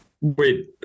Wait